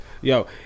Yo